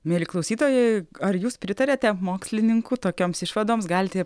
mieli klausytojai ar jūs pritariate mokslininkų tokioms išvadoms galite